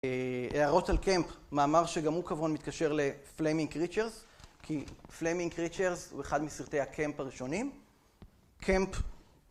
הערות על קמפ, מאמר שגם הוא כמובן מתקשר לפלמינג קריצ'רס, כי פלמינג קריצ'רס הוא אחד מסרטי הקמפ הראשונים. קמפ